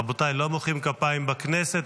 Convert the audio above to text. רבותיי, לא מוחאים כפיים בכנסת.